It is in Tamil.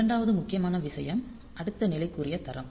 இரண்டாவது முக்கியமான விஷயம் அடுத்த நிலைக்குரிய தரம்